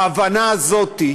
ההבנה הזאת,